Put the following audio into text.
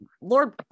lord